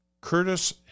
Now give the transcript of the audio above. Curtis